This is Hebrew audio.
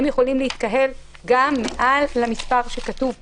הם יכולים להתקהל גם מעל למספר שכתוב פה.